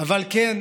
אבל כן,